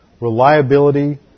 reliability